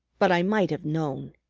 but i might have known.